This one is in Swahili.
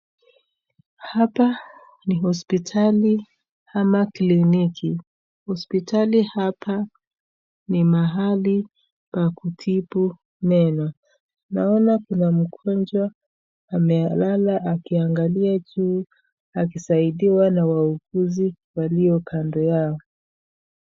Hapa ni hospitali ama kliniki. Hospitali hapa ni mahali pa kutibu meno. Naona kuna mgonjwa amelala akiangalia juu akisaidiwa na wauguzi walio kando yao.